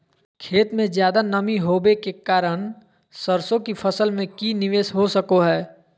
खेत में ज्यादा नमी होबे के कारण सरसों की फसल में की निवेस हो सको हय?